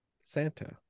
Santa